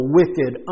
wicked